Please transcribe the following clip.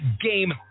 game